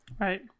Right